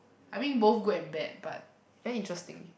I mean both good and bad but very interesting